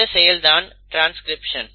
இந்த செயல் தான் ட்ரான்ஸ்கிரிப்ஷன்